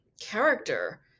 character